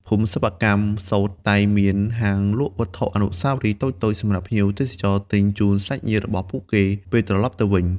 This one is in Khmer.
ភូមិសិប្បកម្មសូត្រតែងមាន ហាងលក់វត្ថុអនុស្សាវរីយ៍ តូចៗសម្រាប់ភ្ញៀវទេសចរទិញជូនសាច់ញាតិរបស់ពួកគេ ពេលត្រឡប់ទៅវិញ។